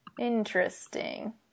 Interesting